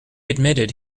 admitted